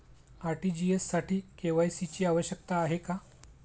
RTGS साठी KYC ची आवश्यकता आहे का?